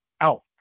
out